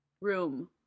room